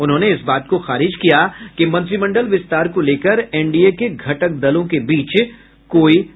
उन्होंने इस बात को खारिज किया कि मंत्रिमंडल विस्तार को लेकर एनडीए के घटक दलों के बीच कोई विवाद है